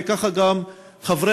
וככה גם חברי